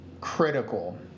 critical